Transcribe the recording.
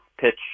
pitch